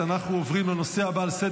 אין נגד, אין נמנעים.